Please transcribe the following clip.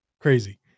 crazy